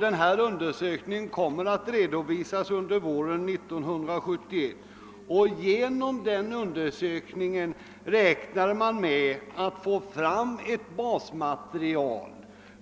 Den undersökningen kommer att redovisas under våren 1971, och genom den räknar man med att få fram ett basmaterial